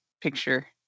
picture